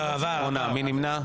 מי נמנע?